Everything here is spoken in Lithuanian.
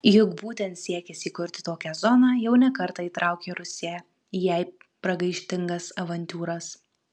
juk būtent siekis įkurti tokią zoną jau ne kartą įtraukė rusiją į jai pragaištingas avantiūras